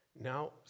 now